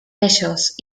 ellos